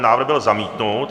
Návrh byl zamítnut.